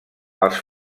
els